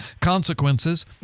consequences